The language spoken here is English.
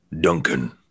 Duncan